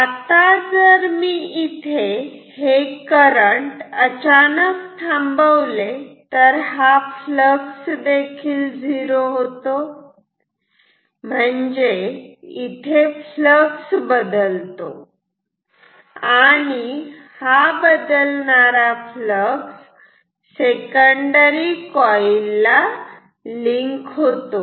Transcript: आता जर मी इथे हे करंट अचानक थांबवले तर हा फ्लक्स देखील झिरो होतो म्हणजे इथे फ्लक्स बदलतो आणि हा बदलणारा फ्लक्स सेकंडरी कॉईल ला लिंक होतो